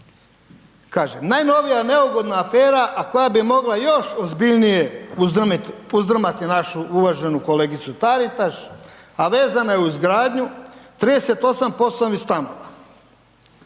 Kažem najnovija neugodna afera a koja bi mogla još ozbiljnije uzdrmati našu uvaženu kolegicu Taritaš a vezana je uz gradnju 38 POS-ovih